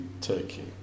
Turkey